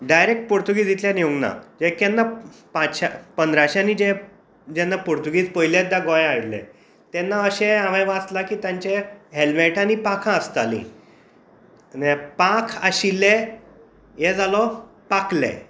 direct पुर्तुगेजींतल्यान येवंक ना हे केन्ना पातशें पंद्राशींनी जेन्ना पुर्तुगेज पयलींत गोंया आयिल्ले तेन्ना अशें हांवेन वाचलां की तांचें हेलमॅट आनी पाखां आसतालीं म्हळ्यार पांख आशिल्ले हे जालो पाखले